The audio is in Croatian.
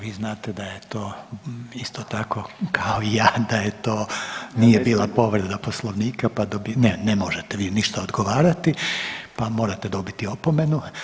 Vi znate da je to isto tako, kao i ja, da je to, nije bila povreda Poslovnika, pa … [[Upadica iz klupe se ne razumije]] ne, ne možete vi ništa odgovarati, pa morate dobiti opomenu.